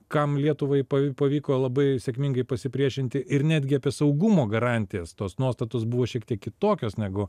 kam lietuvai pa pavyko labai sėkmingai pasipriešinti ir netgi apie saugumo garantijas tos nuostatos buvo šiek tiek kitokios negu